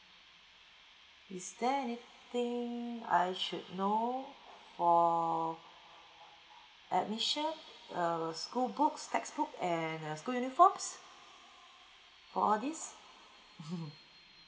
is there anything I should know or admission err school books textbook and uh school uniforms for all these